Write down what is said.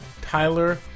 Tyler